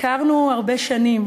הכרנו הרבה שנים,